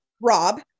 rob